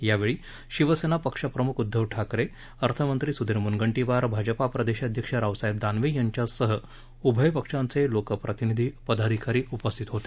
यावेळी शिवसेना पक्षप्रमुख उद्दव ठाकरे अर्थमंत्री सुधीर मुनगंटीवार भाजपा प्रदेशाध्यक्ष रावसाहेब दानवे यांच्यासह उभय पक्षांचे लोकप्रतिनिधी पदाधिकारी उपस्थित होते